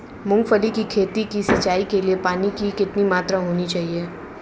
मूंगफली की खेती की सिंचाई के लिए पानी की कितनी मात्रा होनी चाहिए?